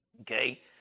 okay